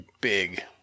big